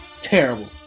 terrible